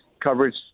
coverage